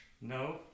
No